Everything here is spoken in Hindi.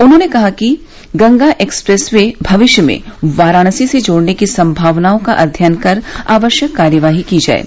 उन्होंने कहा कि गंगा एक्सप्रेस वे भविष्य में वाराणसी से जोड़ने की संभावनाओं का अध्ययन कर आवश्यक कार्यवाही की जाये